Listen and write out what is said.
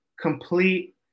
complete